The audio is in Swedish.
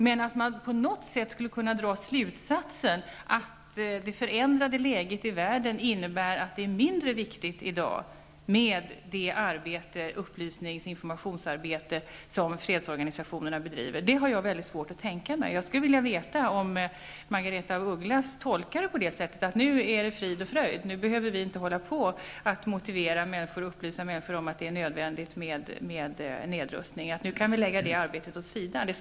Men jag har svårt att tänka mig hur man kan dra slutsatsen att det förändrade läget i världen innebär att det i dag är mindre viktigt med det upplysnings och informationsarbete som fredsorganisationerna bedriver. Jag skulle vilja veta om Margaretha af Ugglas tolkar det som att det nu är frid och fröjd, och att man inte längre behöver upplysa människor om att det är nödvändigt med nedrustning -- det arbetet kan läggas åt sidan.